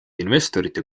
investorite